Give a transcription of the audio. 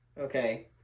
okay